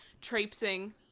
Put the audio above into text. traipsing